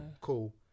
cool